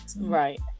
Right